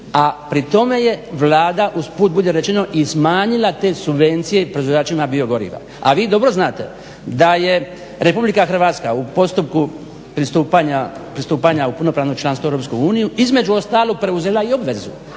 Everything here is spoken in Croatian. a pri tome je Vlada usput budi rečeno i smanjila te subvencije proizvođačima bio goriva. A vi dobro znate da je RH u postupku pristupanja u punopravno članstvo EU između ostalog preuzela i obvezu